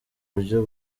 buryo